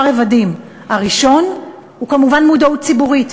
רבדים: הראשון הוא כמובן מודעות ציבורית,